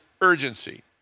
urgency